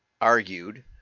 argued